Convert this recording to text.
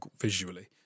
visually